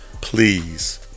please